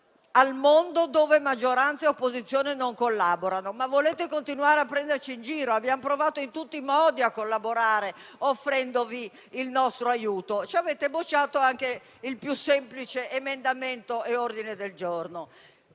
al mondo in cui maggioranza e opposizione non collaborano; volete continuare a prenderci in giro? Abbiamo provato in tutti i modi a collaborare, offrendovi il nostro aiuto: ci avete bocciato anche il più semplice emendamento e ordine del giorno.